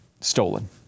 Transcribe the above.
stolen